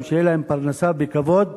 שתהיה להם פרנסה בכבוד,